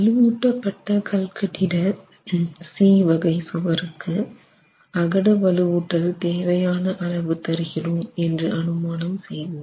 வலுவூட்டப்பட்ட கல்கட்டிட C வகை சுவருக்கு அகடு வலுவூட்டல் தேவையான அளவு தருகிறோம் என்று அனுமானம் செய்வோம்